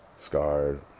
scarred